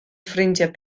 ffrindiau